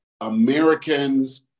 Americans